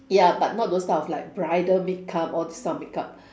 ya but not those type of like bridal makeup all these type of makeup